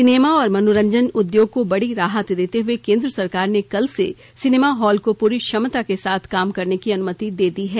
cinema और मनोरंजन उद्योग को बड़ी राहत देते हुए केन्द्र सरकार ने कल से सिनेमा हॉल को पूरी क्षमता के साथ काम करने की अनुमति दे दी है